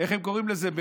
איך הם קוראים לזה?